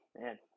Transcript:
man